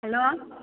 hello